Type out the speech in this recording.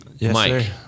Mike